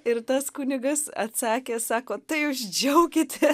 ir tas kunigas atsakė sako tai jūs džiaukitė